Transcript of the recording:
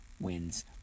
wins